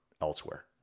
elsewhere